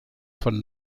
von